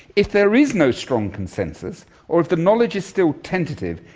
if there is no strong consensus or if the knowledge is still tentative,